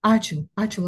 ačiū ačiū